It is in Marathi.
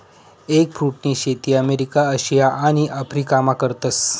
एगफ्रुटनी शेती अमेरिका, आशिया आणि आफरीकामा करतस